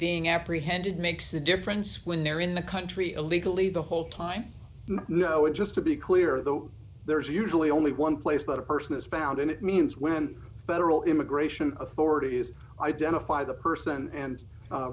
being apprehended makes a difference when they're in the country illegally the whole time know it just to be clear though there's usually only one place that a person is found and it means when federal immigration authorities identify the person and